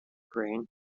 grain